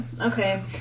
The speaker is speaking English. Okay